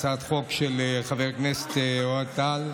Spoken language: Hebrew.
הצעת חוק של חבר הכנסת אוהד טל,